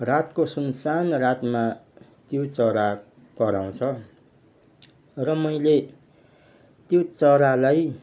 रातको सुनसान रातमा त्यो चरा कराउँछ र मैले त्यो चरालाई